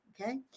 Okay